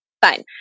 fine